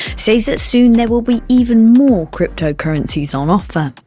says that soon, there will be even more cryptocurrencies on offer.